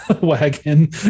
wagon